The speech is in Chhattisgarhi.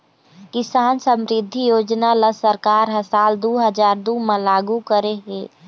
किसान समरिद्धि योजना ल सरकार ह साल दू हजार दू म लागू करे हे